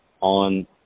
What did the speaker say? on